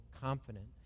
confident